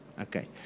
okay